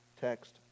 text